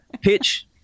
pitch